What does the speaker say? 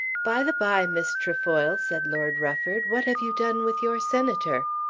by-the-bye, miss trefoil, said lord rufford, what have you done with your senator?